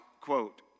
quote